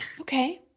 Okay